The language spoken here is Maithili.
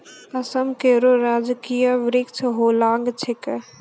असम केरो राजकीय वृक्ष होलांग छिकै